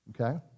Okay